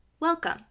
Welcome